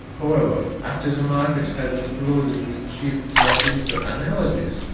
however, after the market has been flooded with cheap transistor analogies,